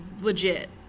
legit